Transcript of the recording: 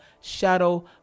shadow